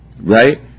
right